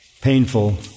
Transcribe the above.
painful